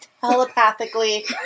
Telepathically